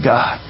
God